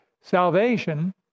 Salvation